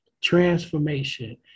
transformation